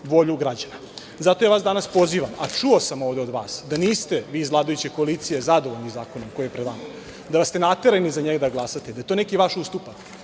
volju građana. Zato ja vas danas pozivam, a čuo sam ovde od vas da niste, vi iz vladajuće koalicije zadovoljni zakonom koji je pred vama, da ste naterani za njega da glasate, da je to vaš neki ustupak,